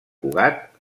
cugat